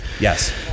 Yes